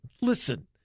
Listen